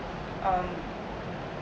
um